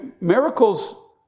Miracles